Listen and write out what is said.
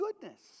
goodness